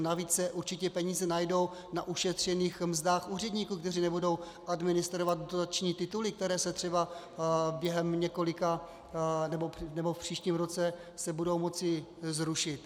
Navíc se určitě peníze najdou na ušetřených mzdách úředníků, kteří nebudou administrovat dotační tituly, které se třeba během několika nebo v příštím roce budou moci zrušit.